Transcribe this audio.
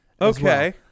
Okay